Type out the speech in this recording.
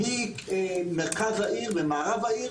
במסגרת ההליך המשפטי,